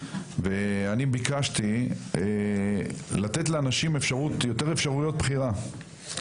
אני ביקשתי לתת לאנשים יותר אפשרויות בחירה,